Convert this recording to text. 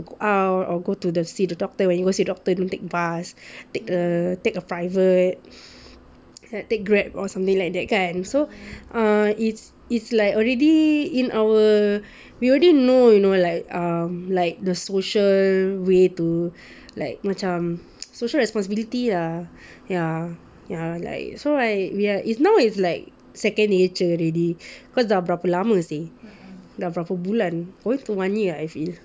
to go out or go to see the doctor when you go see the doctor don't take bus take the take the private take Grab or something like that kan so err it's it's like already in our we already know you know like um the social way to like macam social responsibility lah ya ya like so like we are now it's like like second nature already cause dah berapa lama seh dah berapa bulan going to one year I feel